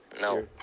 No